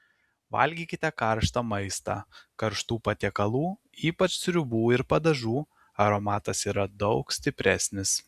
valgykite karštą maistą karštų patiekalų ypač sriubų ir padažų aromatas yra daug stipresnis